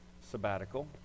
sabbatical